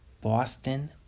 Boston